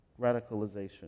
radicalization